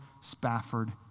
Spafford